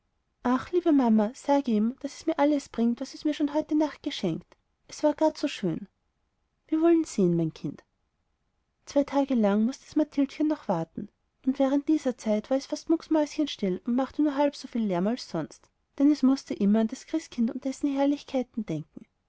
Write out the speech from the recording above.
ach liebe mama sage ihm daß es mir alles bringt was es mir schon heute nacht geschenkt es war gar zu schön wir wollen sehen mein kind zwei ganze tage lang mußte das mathildchen noch warten und während dieser zeit war es fast mäuschenstill und machte nicht halb soviel lärm als sonst denn es mußte immer an das christkind und dessen herrlichkeiten denken